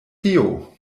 tio